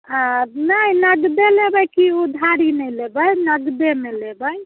आ नहि नहि नगदे लेबै कि उधारी नहि लेबै नगदेमे लेबै